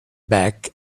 back